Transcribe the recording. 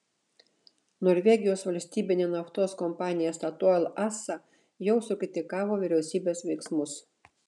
norvegijos valstybinė naftos kompanija statoil asa jau sukritikavo vyriausybės veiksmus